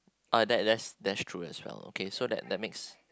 uh that that that's true as well okay so that that makes